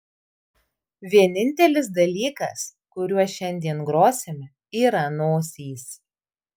vienintelis dalykas kuriuo šiandien grosime yra nosys